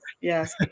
Yes